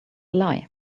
lie